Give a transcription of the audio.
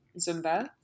Zumba